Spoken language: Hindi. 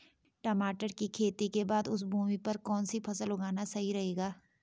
टमाटर की खेती के बाद उस भूमि पर कौन सी फसल उगाना सही रहेगा?